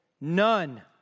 None